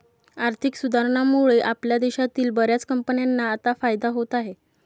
आर्थिक सुधारणांमुळे आपल्या देशातील बर्याच कंपन्यांना आता फायदा होत आहे